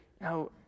Now